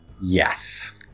Yes